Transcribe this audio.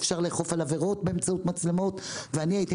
אפשר לאכוף על עבירות באמצעות מצלמות ואני הייתי